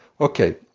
Okay